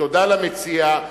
תודה למציע,